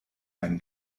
einen